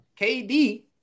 KD